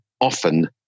often